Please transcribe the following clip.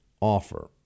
offer